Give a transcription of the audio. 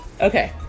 okay